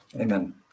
Amen